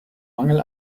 mangel